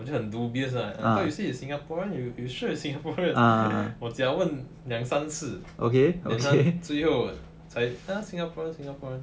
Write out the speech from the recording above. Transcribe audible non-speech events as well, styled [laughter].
then 很 dubious lah I thought you say you singaporean you you sure you singaporean [laughs] 我假问两三次最后 ya singaporean singaporean